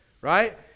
Right